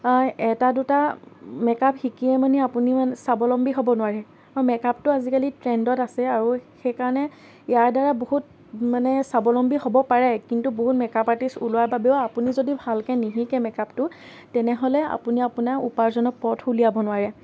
এটা দুটা মেকআপ শিকিয়ে মানে আপুনি মানে স্বাৱলম্বী হ'ব নোৱাৰে মেকআপটো আজিকালি ট্ৰেণ্ডত আছে আৰু সেইকাৰণে ইয়াৰ দ্বাৰা বহুত মানে স্বাৱলম্বী হ'ব পাৰে কিন্তু বহুত মেকআপ আৰ্টিষ্ট ওলোৱা বাবেও আপুনি যদি ভালকৈ নিশিকে মেকআপটো তেনেহ'লে আপুনি আপোনাৰ উপাৰ্জনৰ পথ উলিয়াব নোৱাৰে